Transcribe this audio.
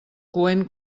coent